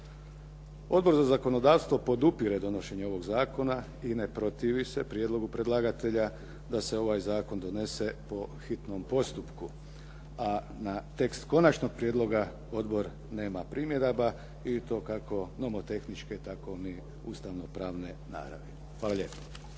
Odbor za zakonodavstvo podupire donošenje ovog zakona i ne protivi se prijedlogu predlagatelja da se ovaj zakon donese po hitnom postupku. A na tekst konačnog prijedloga odbor nema primjedaba i to kako nomotehničke tako ni ustavno-pravne naravi. Hvala lijepo.